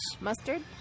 Mustard